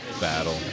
battle